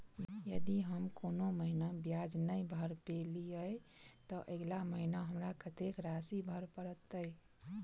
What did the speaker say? यदि हम कोनो महीना ब्याज नहि भर पेलीअइ, तऽ अगिला महीना हमरा कत्तेक राशि भर पड़तय?